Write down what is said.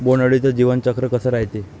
बोंड अळीचं जीवनचक्र कस रायते?